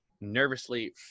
nervously